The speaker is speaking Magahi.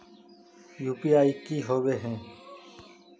यु.पी.आई की होबे है?